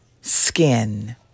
skin